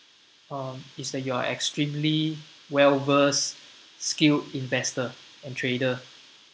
um is that you are a extremely well versed skilled investor and trader